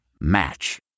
Match